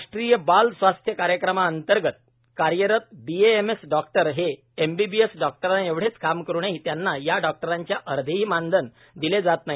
राष्ट्रीय बाल स्वास्थ्य कार्यक्रमांतर्गत आरबीएसके कार्यरत बीएएमएस डॉक्टर हे एमबीबीएस डॉक्टरांएवढेच काम करुनही त्यांना या डॉक्टरांच्या अर्धेही मानधन दिले जात नाही